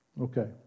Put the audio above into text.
Okay